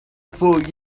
for